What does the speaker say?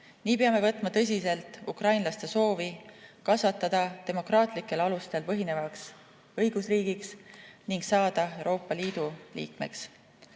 Nii peame võtma tõsiselt ukrainlaste soovi kasvada demokraatlikel alustel põhinevaks õigusriigiks ning saada Euroopa Liidu liikmeks.